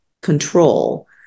control